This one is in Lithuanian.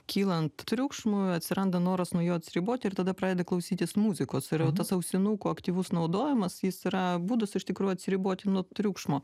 kylant triukšmui atsiranda noras nuo jo atsiriboti ir tada pradedi klausytis muzikos ir va tas ausinuko aktyvus naudojimas jis yra būdas iš tikrųjų atsiriboti nuo triukšmo